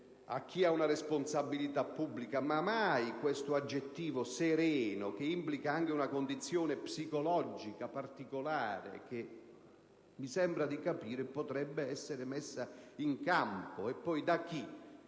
a chi ha una responsabilità pubblica, ma mai l'aggettivo "sereno", che implica anche una condizione psicologica particolare, che - mi sembra di capire - potrebbe essere messa in campo. Da chi?